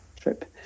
trip